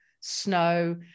snow